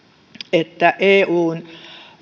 että eun